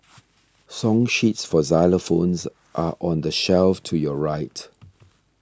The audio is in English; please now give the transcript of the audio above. song sheets for xylophones are on the shelf to your right